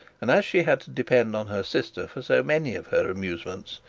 and as she had to depend on her sister for so many of her amusements,